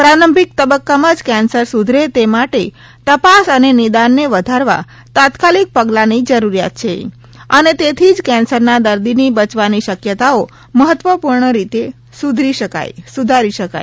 પ્રારંભિક તબક્કામાં જ કેન્સર સુધરે તે માટે તપાસ અને નિદાનને વધારવા તાત્કાલિક પગલાની જરૂરિયાત છે અને તેથી જ કેન્સરના દર્દીની બચવાની શક્યતાઓ મહત્વપૂર્ણ રીતે સુધારી શકાય